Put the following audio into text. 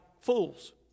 fools